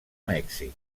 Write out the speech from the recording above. mèxic